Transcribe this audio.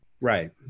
Right